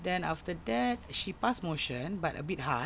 then after that she passed motion but a bit hard